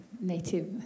Native